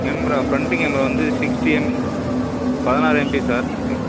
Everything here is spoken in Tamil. கேமரா ஃப்ரண்ட்டு கேமரா வந்து சிக்ஸ்ட்டி எம் பதினாறு எம்பி சார் ஓகே